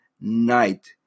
night